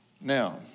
Now